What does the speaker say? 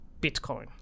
Bitcoin